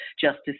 justice